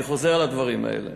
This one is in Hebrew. אני חוזר על הדברים האלה: